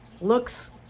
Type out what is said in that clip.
looks